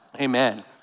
amen